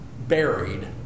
Buried